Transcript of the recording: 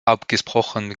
abgesprochen